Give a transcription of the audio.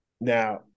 Now